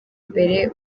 mbere